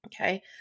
Okay